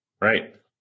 Right